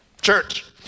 Church